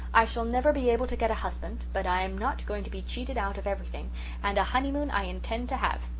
i shall never be able to get a husband but i am not going to be cheated out of everything and a honeymoon i intend to have.